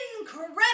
incredible